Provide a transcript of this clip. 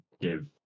give